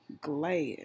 glad